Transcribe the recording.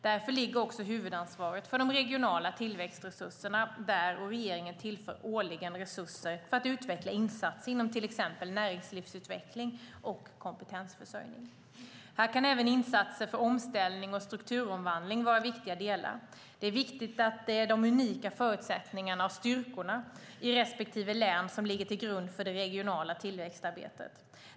Därför ligger också huvudansvaret för de regionala tillväxtresurserna där, och regeringen tillför årligen resurser för att utveckla insatser inom till exempel näringslivsutveckling och kompetensförsörjning. Här kan även insatser för omställning och strukturomvandling vara viktiga delar. Det är viktigt att det är de unika förutsättningarna och styrkorna i respektive län som ligger till grund för det regionala tillväxtarbetet.